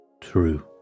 True